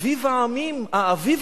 אביב העמים, האביב